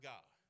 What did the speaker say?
God